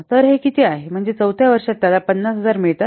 तर हे किती आहे म्हणजे चौथ्या वर्षापर्यंत त्याला 50000 मिळतात